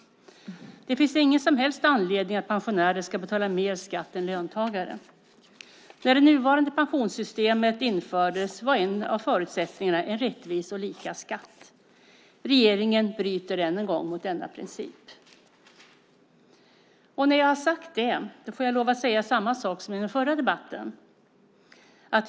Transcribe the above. Det finns ingen som helst anledning att pensionärer ska betala mer skatt än löntagare. När det nuvarande pensionssystemet infördes var en av förutsättningarna en rättvis och lika skatt. Regeringen bryter än en gång mot denna princip. När jag har sagt detta får jag lov att säga samma sak som i förra debatten.